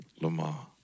Lamar